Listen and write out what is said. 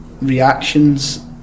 reactions